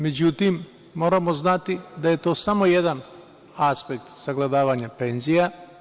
Međutim, moramo znati da je to samo jedan aspekt sagledavanja penzija.